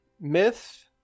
myth